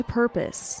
purpose